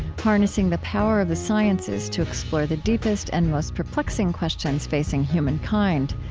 harnessing the power of the sciences to explore the deepest and most perplexing questions facing human kind.